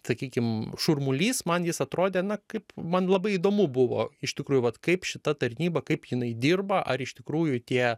sakykim šurmulys man jis atrodė na kaip man labai įdomu buvo iš tikrųjų vat kaip šita tarnyba kaip jinai dirba ar iš tikrųjų tie